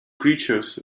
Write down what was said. creatures